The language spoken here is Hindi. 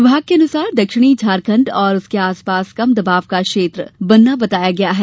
विभाग के अनुसार दक्षिणी झारखंड और उसके आसपास कम दबाव का क्षेत्र बनना बताया गया है